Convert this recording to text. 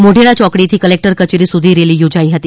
મોઢેરા ચોકડીથી કલેકટર કચેરી સુધી રેલી ચોજાઇ હતી